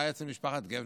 היה אצל משפחת גפנר,